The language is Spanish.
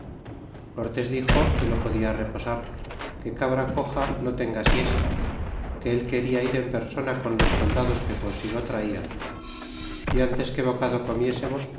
cortes dixo que no podia reposar que cabra coxa no tenga siesta que él quena ir en persona con los soldados que consigo traia y antes que bocado